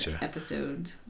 episode